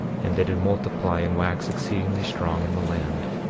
and they did multiply and wax exceedingly strong in the land.